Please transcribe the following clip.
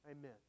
Amen